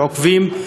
עוקבים,